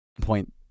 Point